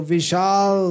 Vishal